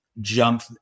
jump